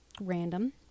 Random